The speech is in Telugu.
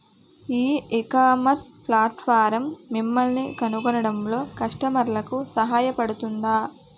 ఈ ఇకామర్స్ ప్లాట్ఫారమ్ మిమ్మల్ని కనుగొనడంలో కస్టమర్లకు సహాయపడుతుందా?